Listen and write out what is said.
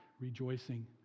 rejoicing